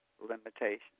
limitations